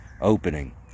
opening